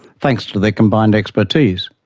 thanks to their combined expertise.